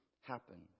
happen